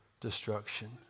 destruction